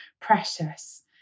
precious